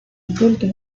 oculto